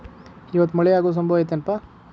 ಇವತ್ತ ಮಳೆ ಆಗು ಸಂಭವ ಐತಿ ಏನಪಾ?